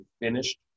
finished